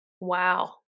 Wow